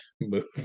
movie